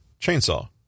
Chainsaw